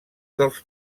dels